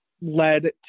led